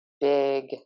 big